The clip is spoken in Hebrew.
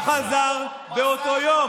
הוא חזר באותו יום.